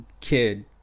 kid